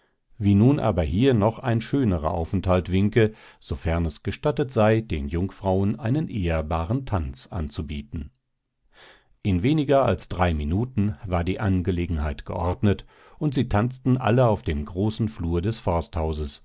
wie nun aber hier noch ein schönerer aufenthalt winke sofern es gestattet sei den jungfrauen einen ehrbaren tanz anzubieten in weniger als drei minuten war die angelegenheit geordnet und sie tanzten alle auf dem großen flur des forsthauses